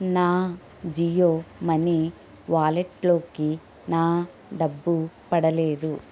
నా జియో మనీ వాలెట్లోకి నా డబ్బు పడలేదు